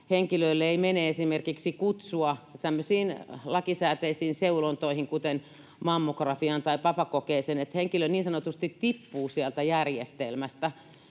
henkilöille ei mene esimerkiksi kutsua tämmöisiin lakisääteisiin seulontoihin kuten mammografiaan tai papakokeeseen. Henkilö niin sanotusti tippuu sieltä järjestelmästä,